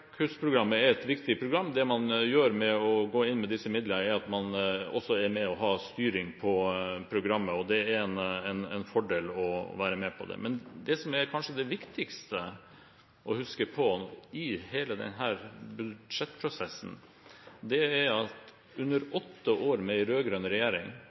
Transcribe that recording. Copernicus-programmet er et viktig program. Det man gjør ved å gå inn med disse midlene, er at man også er med på å ha styring på programmet, og det er en fordel å være med på. Men det som kanskje er det viktigste å huske på i hele denne budsjettprosessen, er at under åtte år med en rød-grønn regjering